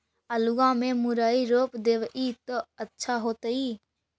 आलुआ में मुरई रोप देबई त अच्छा होतई?